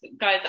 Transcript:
Guys